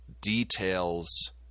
details